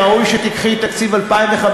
ראוי שתיקחי את תקציב 2015,